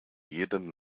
jeden